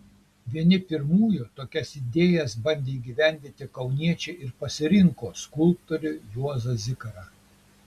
vieni pirmųjų tokias idėjas bandė įgyvendinti kauniečiai ir pasirinko skulptorių juozą zikarą